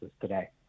today